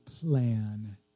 plan